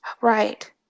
Right